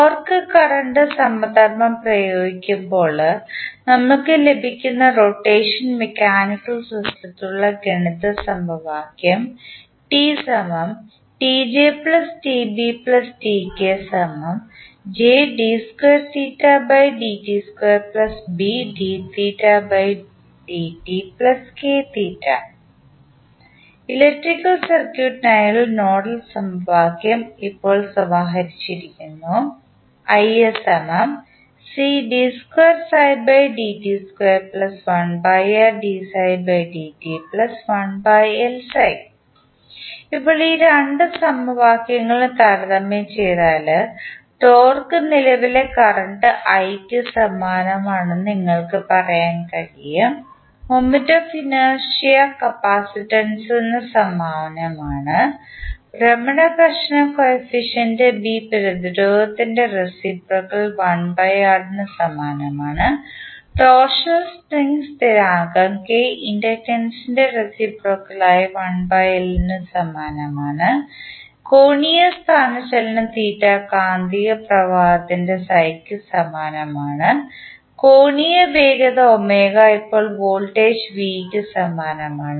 torque current സമധർമ്മം പ്രയോഗിക്കുമ്പോൾ നമുക്ക് ലഭിക്കുന്ന റൊട്ടേഷൻ മെക്കാനിക്കൽ സിസ്റ്റത്തിനുള്ള ഗണിത സമവാക്യം ഇലക്ട്രിക്കൽ സർക്യൂട്ടിനായുള്ള നോഡൽ സമവാക്യം ഇപ്പോൾ സമാഹരിച്ചിരിക്കുന്നു ഇപ്പോൾ ഈ രണ്ട് സമവാക്യങ്ങളും താരതമ്യം ചെയ്താൽ ടോർക്ക് നിലവിലെ കറണ്ട് i ക്ക് സമാനമാണെന്ന് നിങ്ങൾക്ക് പറയാൻ കഴിയും മൊമെന്റ് ഓഫ് ഇനേർഷിയ J കപ്പാസിറ്റൻസിന് സമാനമാണ് ഭ്രമണ ഘർഷണ കോഫിഫിഷ്യന്റ് ബി പ്രതിരോധത്തിൻറെ റേസിപ്രോക്കൽ 1 R സമാനമാണ് ടോർഷണൽ സ്പ്രിംഗ് സ്ഥിരാങ്കം K ഇൻഡക്റ്റൻസിൻറെ റേസിപ്രോക്കൽ ആയ 1 L സമാനമാണെന്ന് കോണീയ സ്ഥാനചലനം കാന്തിക പ്രവാഹത്തിന് സമാനമാണ് കോണീയ വേഗത ഇപ്പോൾ വോൾട്ടേജ് V ന് സമാനമാണ്